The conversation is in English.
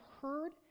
heard